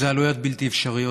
הן עלויות בלתי אפשרויות,